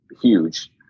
huge